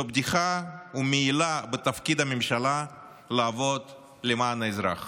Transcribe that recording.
זה בדיחה ומעילה בתפקיד הממשלה לעבוד למען האזרח.